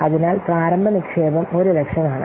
അതിനാൽ പ്രാരംഭ നിക്ഷേപം 100000 ആണ്